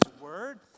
word